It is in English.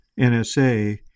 NSA